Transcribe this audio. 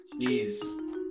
Jeez